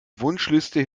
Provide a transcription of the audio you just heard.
wunschliste